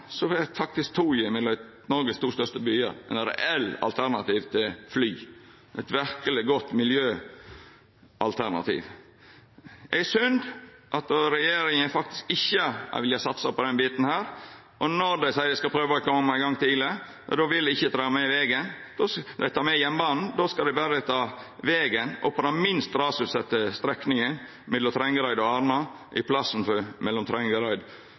faktisk toget mellom Noregs to største byar vera eit reelt alternativ til fly og eit verkeleg godt miljøalternativ. Det er synd at regjeringa faktisk ikkje har villa satsa på denne biten. Når dei seier dei skal prøva å koma i gang tidleg, vil dei ikkje ta med jernbanen, då skal dei berre ta vegen og på den minst rasutsette strekninga, mellom Trengereid og Arna, i plassen for mellom Trengereid